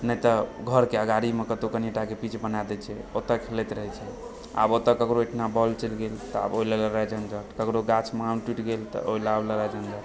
ने तऽ घरके अगाड़ीमे कतहुँ कनीएटाके पिच बना दए छै ओतय खेलैत रहय छै आब ओतए ककरो ओयठाम बॉल चली गेल त आब ओइला लड़ाइ झंझट ककरो गाछमे आम टूटि गेल तऽ आब ओहिला लड़ाइ झंझट